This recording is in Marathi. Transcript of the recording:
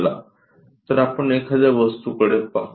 चला तर आपण एखाद्या वस्तूकडे पाहू